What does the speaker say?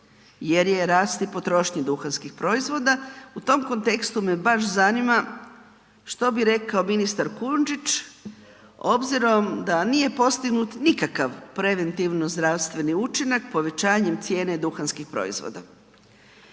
jer i raste potrošnja duhanskih proizvoda. U tom kontekstu me baš zanima što bi rekao ministar Kujundžić obzirom da nije postignut nikakav preventivno-zdravstveni učinak povećanjem cijene duhanskih proizvoda,